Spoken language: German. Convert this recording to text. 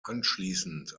anschließend